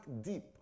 deep